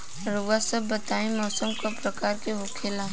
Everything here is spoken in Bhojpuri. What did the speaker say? रउआ सभ बताई मौसम क प्रकार के होखेला?